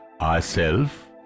ourself